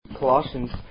Colossians